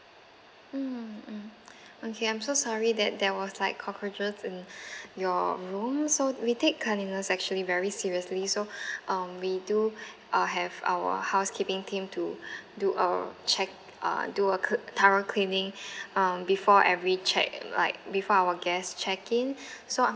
mm mm okay I'm so sorry that there was like cockroaches in your room so we take cleanliness actually very seriously so um we do uh have our housekeeping team to do our check uh do a clea~ thorough cleaning um before every check like before our guest check in so I'm